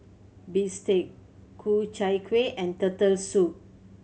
bistake Ku Chai Kueh and Turtle Soup